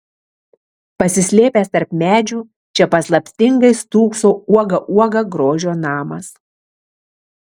pasislėpęs tarp medžių čia paslaptingai stūkso uoga uoga grožio namas